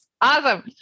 Awesome